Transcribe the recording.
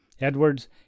Edwards